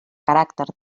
caràcter